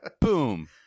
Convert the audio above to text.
Boom